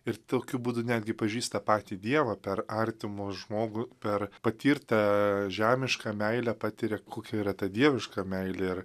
ir tokiu būdu netgi pažįsta patį dievą per artimo žmogų per patirtą žemišką meilę patiria kokia yra ta dieviška meilė ir